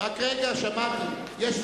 רק רגע, שמעתי.